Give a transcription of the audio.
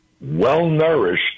well-nourished